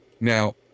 Now